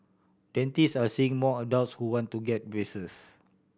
dentists are seeing more adults who want to get braces